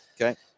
okay